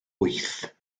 wyth